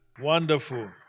Wonderful